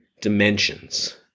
dimensions